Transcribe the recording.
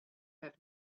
have